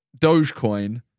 Dogecoin